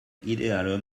ideale